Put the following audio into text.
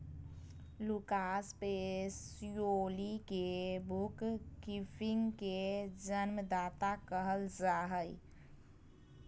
Lucas Pacioli के book keeping के जन्मदाता कहल जा हइ